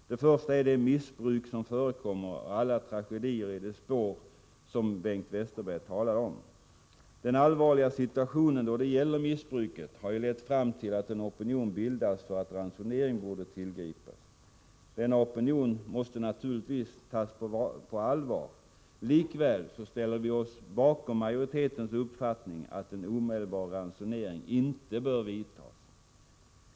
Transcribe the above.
Den första är det missbruk som förekommer och alla tragedier i dess spår, vilket Bengt Westerberg talade om. Den allvarliga situationen då det gäller missbruket har ju lett till att en opinion bildats för att ransonering borde tillgripas. Denna opinion måste naturligtvis tas på allvar. Likväl ställer vi oss bakom majoritetens uppfattning att en omedelbar ransonering inte bör vidtas.